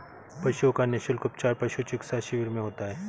पशुओं का निःशुल्क उपचार पशु चिकित्सा शिविर में होता है